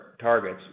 targets